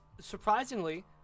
surprisingly